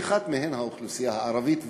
ואחת מהן היא האוכלוסייה הערבית,